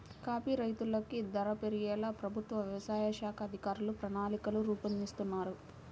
coffee రైతులకు ధర పెరిగేలా ప్రభుత్వ వ్యవసాయ శాఖ అధికారులు ప్రణాళికలు రూపొందిస్తున్నారు